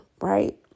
right